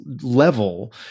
level